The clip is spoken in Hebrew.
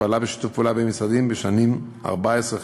שפעלה בשיתוף פעולה בין-משרדי בשנים 2015-2014